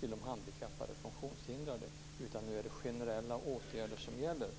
till de handikappade och funktionshindrade, utan nu är det generella åtgärder som gäller.